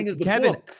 Kevin